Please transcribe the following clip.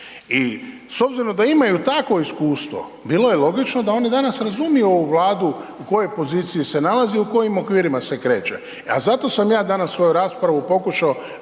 i s obzirom da imaju takvo iskustvo bilo je logično da oni danas razumiju ovu Vladu u kojoj poziciji se nalazi, u kojim okvirima se kreće. E a zato sam ja danas svoju raspravu pokušao